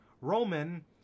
Roman